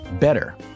better